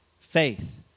faith